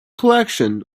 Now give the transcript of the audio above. collection